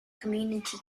community